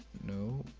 no,